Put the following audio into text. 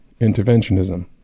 interventionism